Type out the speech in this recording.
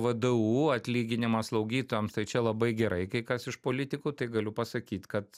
vdu atlyginimas slaugytojam tai čia labai gerai kai kas iš politikų tai galiu pasakyt kad